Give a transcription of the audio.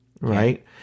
Right